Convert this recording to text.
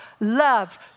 love